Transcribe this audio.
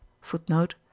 Footnote